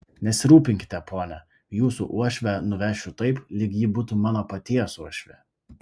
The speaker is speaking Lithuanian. nesirūpinkite pone jūsų uošvę nuvešiu taip lyg ji būtų mano paties uošvė